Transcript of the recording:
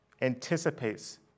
anticipates